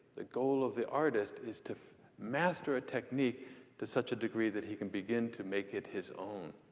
the goal of the artist is to master a technique to such a degree that he can begin to make it his own.